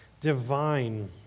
divine